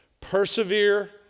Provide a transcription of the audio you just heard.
Persevere